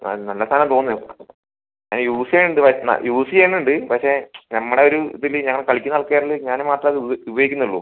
നല്ല സാധനമാണെന്നാണ് തോന്നുന്നത് അത് യൂസ് ചെയ്യന്നുണ്ട് പക്ഷെ ഞങ്ങളുടെ ഒരു ഇതില് ഞാൻ കളിക്കുന്ന ആൾകാരില് ഞാന് മാത്രമേ ഉപയോഗിക്കുന്നുള്ളു